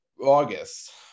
August